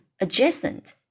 adjacent